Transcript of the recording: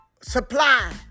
supply